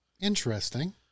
Interesting